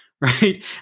Right